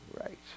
right